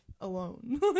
alone